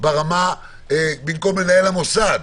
במקום מנהל המוסד.